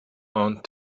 aunt